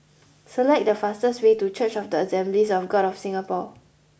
select the fastest way to Church of the Assemblies of God of Singapore